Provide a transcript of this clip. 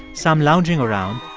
some lounging around,